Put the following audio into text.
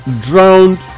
drowned